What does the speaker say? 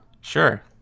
Sure